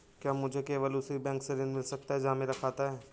क्या मुझे केवल उसी बैंक से ऋण मिल सकता है जहां मेरा खाता है?